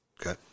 Okay